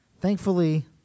thankfully